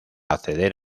acceder